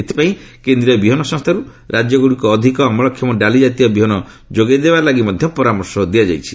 ଏଥିପାଇଁ କେନ୍ଦ୍ରୀୟ ବିହନ ସଂସ୍ଥାରୁ ରାଜ୍ୟ ଗୁଡ଼ିକୁ ଅଧିକ ଅମଳକ୍ଷମ ଡାଲି ଜାତୀୟ ବିହନ ଯୋଗାଇ ଦେବା ଲାଗି ମଧ୍ୟ ପରାମର୍ଶ ଦିଆଯାଇଛି